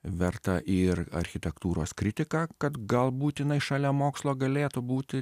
verta ir architektūros kritika kad gal būtinai šalia mokslo galėtų būti